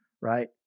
right